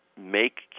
make